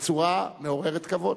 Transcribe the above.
בצורה מעוררת כבוד.